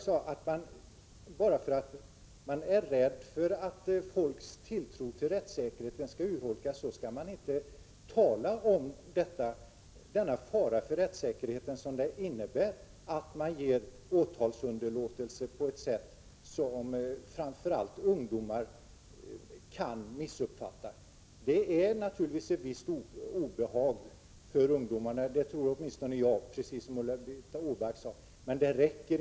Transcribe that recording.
Ulla-Britt Åbark sade också att vi bara för att folks tilltro till rättssäkerheten inte skall urholkas inte skall tala om den fara för rättssäkerheten som det innebär att man ger åtalsunderlåtelse på ett sätt som framför allt ungdomar kan missuppfatta. Det är naturligtvis ett visst obehag för ungdomarna. Det tror åtminstone jag, precis som Ulla-Britt Åbark.